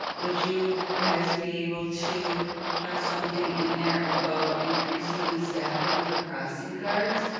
would you guys be able to have something in there about increasing the staffing for crossing guards?